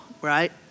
right